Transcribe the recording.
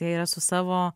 jie yra su savo